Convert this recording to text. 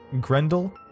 Grendel